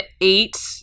eight